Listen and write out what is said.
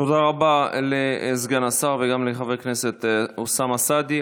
תודה רבה לסגן השר וגם לחבר הכנסת אוסאמה סעדי.